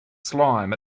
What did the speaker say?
slime